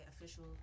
official